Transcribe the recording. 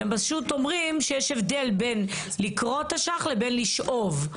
אתם פשוט אומרים שיש הבדל בין לכרות אשך לבין לשאוב.